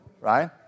Right